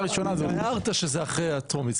הראשונה --- אתה הערת שזה אחרי הטרומית.